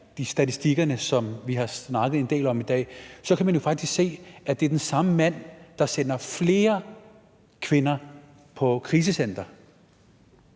de statistikker, som vi har snakket en del om i dag, så kan vi faktisk se, at det er den samme mand, der sender flere kvinder på krisecentre.